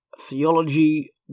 Theology